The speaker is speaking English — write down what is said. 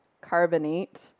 carbonate